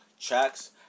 tracks